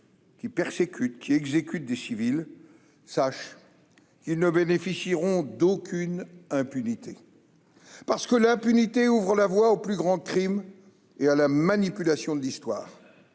persécutent et exécutent des civils sachent qu'ils ne bénéficieront d'aucune impunité, parce que l'impunité ouvre la voie aux plus grands crimes et à la manipulation de l'histoire.